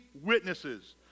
witnesses